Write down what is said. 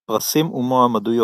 פרסים ומועמדויות